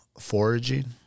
foraging